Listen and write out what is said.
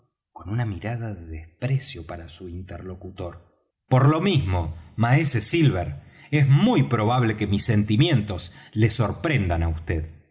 con una mirada de desprecio para su interlocutor por lo mismo maese silver es muy probable que mis sentimientos le sorprendan á